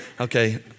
Okay